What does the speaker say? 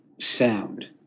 sound